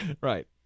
Right